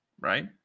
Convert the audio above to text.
right